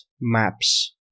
maps